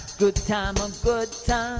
good time on foot.